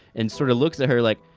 and sorta looks at her like.